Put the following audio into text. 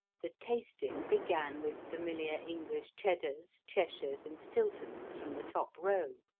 the tasting began with familiar english cheddars, cheshires and stiltons from the top row.